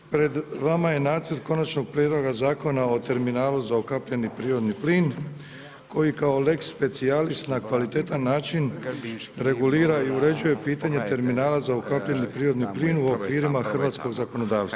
Pred vama je nacrt konačnog prijedloga Zakona o terminalu za ukapljeni prirodni plin koji kao lex specialis na kvalitetan način regulira i uređuje pitanje terminala za ukapljeni prirodni plin u okvirima Hrvatskog zakonodavstva.